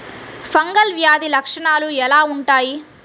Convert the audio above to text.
Fungal వ్యాధి లక్షనాలు ఎలా వుంటాయి?